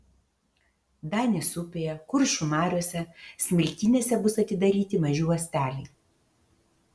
danės upėje kuršių mariose smiltynėse bus atidaryti maži uosteliai